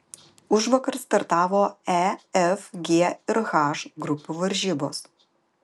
užvakar startavo e f g ir h grupių varžybos